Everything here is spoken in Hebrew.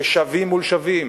כשווים מול שווים,